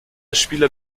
spieler